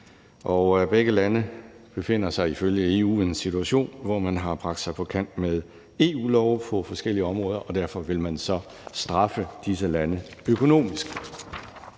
Begge lande befinder sig ifølge EU i en situation, hvor man har bragt sig på kant med EU-love på forskellige områder, og derfor vil man så straffe disse lande økonomisk.